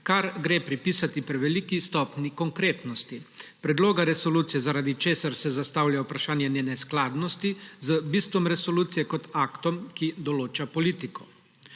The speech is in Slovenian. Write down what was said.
kar gre pripisati preveliki stopnji konkretnosti predloga resolucije, zaradi česar se zastavlja vprašanje njene skladnosti z bistvom resolucije kot aktom, ki določa politiko.